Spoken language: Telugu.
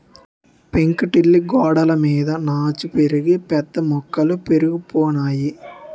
పెంకుటిల్లు గోడలమీద నాచు పెరిగి పెద్ద మొక్కలు పెరిగిపోనాయి